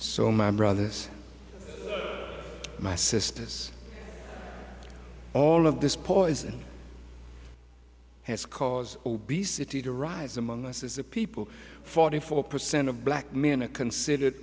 so my brothers my sisters all of this poison has cause obesity to rise among us as a people forty four percent of black men a considered